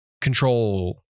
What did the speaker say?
control